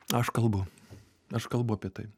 aš kalbu aš kalbu apie tai